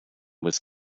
was